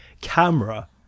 camera